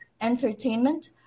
entertainment